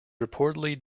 reportedly